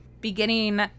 Beginning